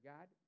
God